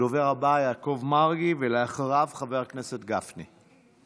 הדובר הבא, יעקב מרגי, ואחריו, חבר הכנסת גפני.